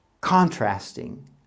contrasting